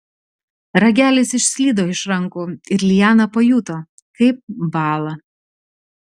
ragelis išslydo iš rankų ir liana pajuto kaip bąla